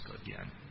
again